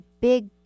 big